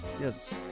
Yes